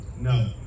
No